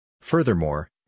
Furthermore